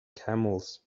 camels